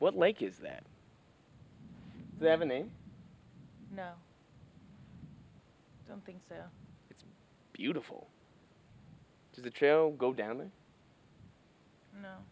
what lake is that they have a name now something so beautiful to the trail go down there no